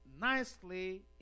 nicely